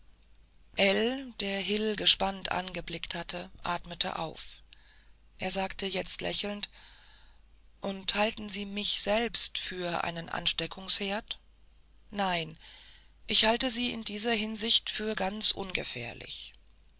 der hil gespannt angeblickt hatte atmete auf er sagte jetzt lächelnd und halten sie mich selbst für einen ansteckungsherd nein ich halte sie in dieser hinsicht für ganz ungefährlich